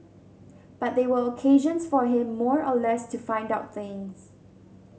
but they were occasions for him more or less to find out things